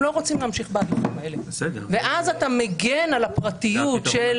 לא רוצים להמשיך --- ואז אתה מגן על הפרטיות של